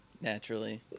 naturally